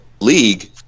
league